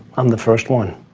i'm the first one.